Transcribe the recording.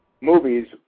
movies